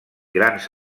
grans